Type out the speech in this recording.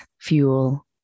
fuel